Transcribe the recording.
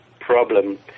problem